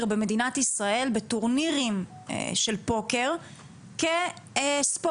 במדינת ישראל בטורנירים של פוקר כספורט,